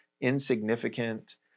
insignificant